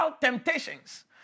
temptations